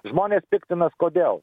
žmonės piktinas kodėl